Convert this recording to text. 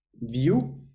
view